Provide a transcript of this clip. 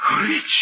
Rich